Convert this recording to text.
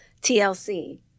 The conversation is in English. TLC